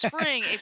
spring